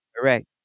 correct